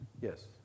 yes